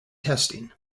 testing